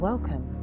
Welcome